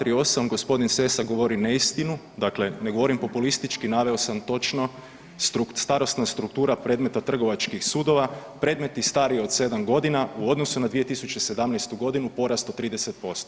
Članak 238., gospodin Sessa govori neistinu, dakle ne govorim populistički naveo sam točno starosna struktura predmeta trgovačkih sudova predmeti stariji od 7 godina u odnosu na 2017. godinu porast od 30%